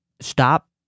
stop